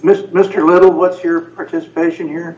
mr mr little what's your participation here